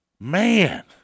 Man